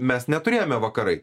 mes neturėjome vakarai